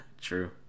True